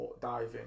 Diving